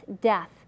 death